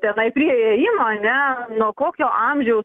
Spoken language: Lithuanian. tenai prie įėjimo ane nuo kokio amžiaus